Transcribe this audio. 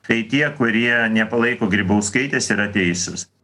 tai tie kurie nepalaiko grybauskaitės yra teisūs